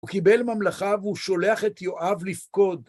הוא קיבל ממלכה והוא שולח את יואב לפקוד.